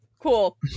Cool